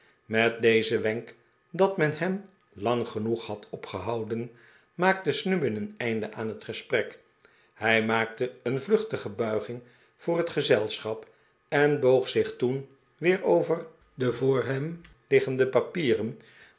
met dezen wenk dat men hem lang genoeg had opgehouden maakte snubbin een einde aan het gesprek hij maakte een vluchtige buiging voor het gezelschap en boog zich toen weer over de voor hem liggende papieren